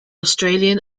australian